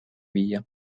viia